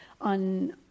on